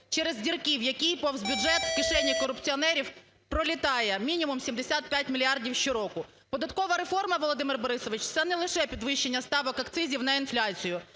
через дірки, в які повз бюджет в кишені корупціонерів пролітає мінімум 75 мільярдів щороку. Податкова реформа, Володимир Борисович, це не лише підвищення ставок акцизів на інфляцію,